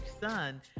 son